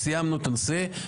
סיימנו את הנושא.